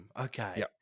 Okay